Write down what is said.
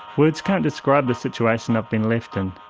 words can't describe the situation i've been left in,